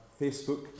Facebook